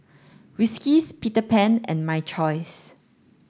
Whiskas Peter Pan and My Choice